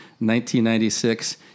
1996